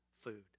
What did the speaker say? food